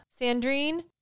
sandrine